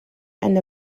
and